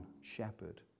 shepherd